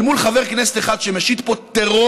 אל מול חבר כנסת אחד שמשית פה טרור,